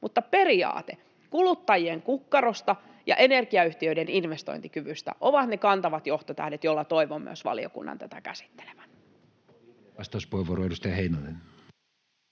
mutta periaate kuluttajien kukkarosta ja energiayhtiöiden investointikyvystä ovat ne kantavat johtotähdet, joilla toivon myös valiokunnan tätä käsittelevän.